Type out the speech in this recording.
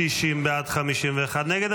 60 בעד, 51 נגד.